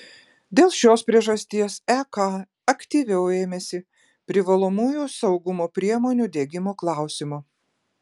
dėl šios priežasties ek aktyviau ėmėsi privalomųjų saugumo priemonių diegimo klausimo